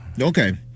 okay